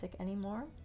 anymore